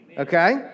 Okay